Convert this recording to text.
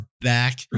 back